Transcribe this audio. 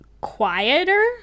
quieter